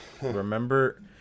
Remember